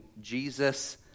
Jesus